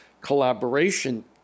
collaboration